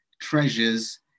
Treasures